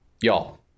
Y'all